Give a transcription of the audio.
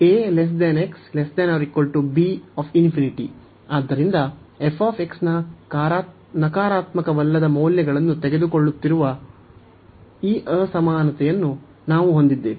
ಆದ್ದರಿಂದ f ನಕಾರಾತ್ಮಕವಲ್ಲದ ಮೌಲ್ಯಗಳಲ್ಲಿ ತೆಗೆದುಕೊಳ್ಳುತ್ತಿರುವ ಈ ಅಸಮಾನತೆಯನ್ನು ನಾವು ಹೊಂದಿದ್ದೇವೆ